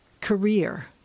Career